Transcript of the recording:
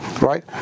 right